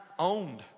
owned